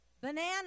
Banana